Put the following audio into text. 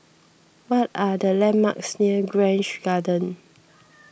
what are the landmarks near Grange Garden